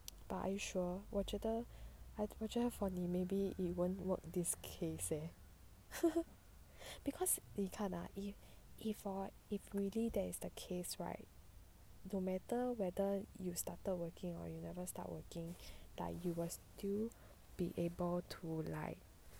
but are you sure 我觉得我觉得 for 你 maybe it won't work this case eh because 你看啊 i~ if really that is the case right no matter whether you started working or you never start working but you will still be able to like